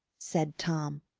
said tom.